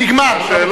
נגמר, רבותי.